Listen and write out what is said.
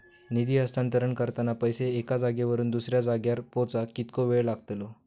निधी हस्तांतरण करताना पैसे एक्या जाग्यावरून दुसऱ्या जाग्यार पोचाक कितको वेळ लागतलो?